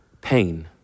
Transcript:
pain